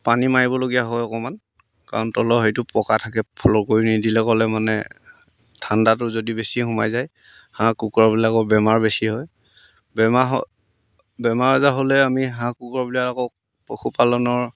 পানী মাৰিবলগীয়া হয় অকণমান কাৰণ তলৰ হেৰিটো পকা থাকে ফ্ল'ৰ কৰি নিদিলে ক'লে মানে ঠাণ্ডাটো যদি বেছি সোমাই যায় হাঁহ কুকুৰবিলাকৰ বেমাৰ বেছি হয় বেমাৰ হয় বেমাৰ আজাৰ হ'লে আমি হাঁহ কুকুৰবিলাকক পশুপালনৰ